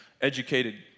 educated